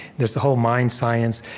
there's the whole mind science.